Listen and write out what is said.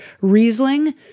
Riesling